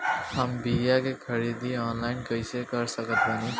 हम बीया के ख़रीदारी ऑनलाइन कैसे कर सकत बानी?